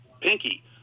pinky